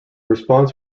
response